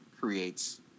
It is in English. creates